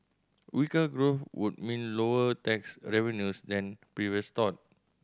weaker growth would mean lower tax revenues than previous thought